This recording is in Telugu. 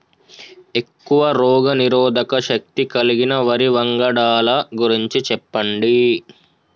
ఎక్కువ రోగనిరోధక శక్తి కలిగిన వరి వంగడాల గురించి చెప్పండి?